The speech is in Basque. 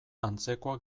antzekoa